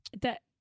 That-